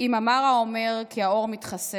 // אם אמר האומר כי האור מתחסר,